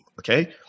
Okay